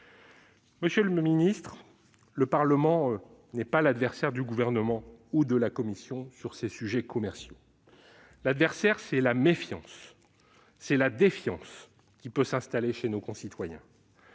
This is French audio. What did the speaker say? Monsieur le ministre, le Parlement n'est pas l'adversaire du Gouvernement ni de la Commission sur ces sujets commerciaux. L'adversaire, c'est la méfiance, voire la défiance, qui peut s'installer chez nos concitoyens.